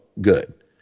good